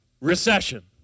Recession